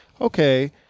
Okay